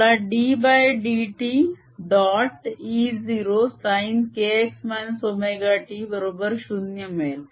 मला ddx dot E0 sin kx ωt बरोबर 0 मिळेल